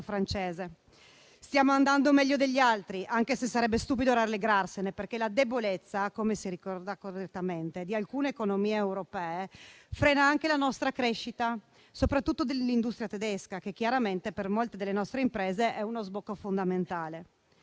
francese. Stiamo andando meglio degli altri, anche se sarebbe stupido rallegrarsene, perché la debolezza - come si ricorda correttamente - di alcune economie europee frena anche la nostra crescita, soprattutto dell'industria tedesca, che chiaramente, per molte delle nostre imprese, è uno sbocco fondamentale.